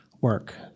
work